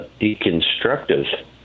deconstructive